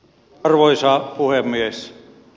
arvoisa puhemies